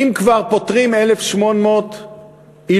אם כבר פוטרים 1,800 עילויים,